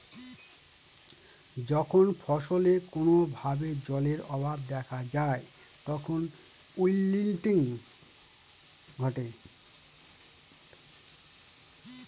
যখন ফসলে কোনো ভাবে জলের অভাব দেখা যায় তখন উইল্টিং ঘটে